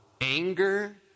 anger